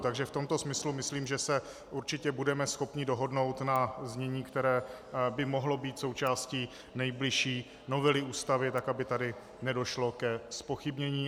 Takže v tomto smyslu myslím, že se určitě budeme schopni dohodnout na znění, které by mohlo být součástí nejbližší novely Ústavy tak, aby tady nedošlo ke zpochybnění.